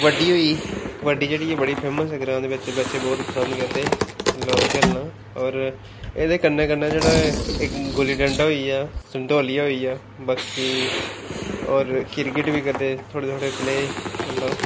कबड्डी होई कबड्डी जेह्ड़ी बड़ी फेमस ऐ ग्रांऽ दे बिच्च बच्चे बौह्त पसंद करदे लोग खेलना होर एह्दे कन्नै कन्नै जेह्ड़ा इक गुल्ली डंडा होई गेआ संदोलिया होई गेआ बाकी होर क्रिकेट बी करदे थोह्ड़े थोह्ड़े प्ले मतलब